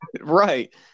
Right